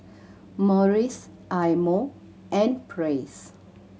Morries Eye Mo and Praise